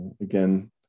again